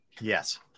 yes